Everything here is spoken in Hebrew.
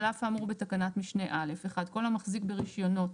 על אף האמור בתקנת משנה (א) - (1) כל המחזיק ברישיונות